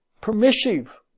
permissive